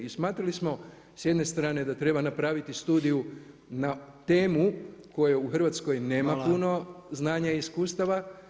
I smatrali smo s jedne strane da treba napraviti studiju na temu koje u Hrvatskoj nema puno znanja i iskustava.